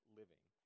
living